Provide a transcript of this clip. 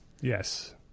Yes